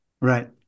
Right